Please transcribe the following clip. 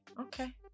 Okay